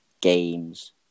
games